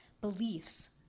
beliefs